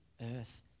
earth